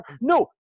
No